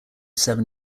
seven